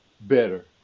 better